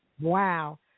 Wow